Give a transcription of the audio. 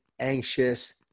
anxious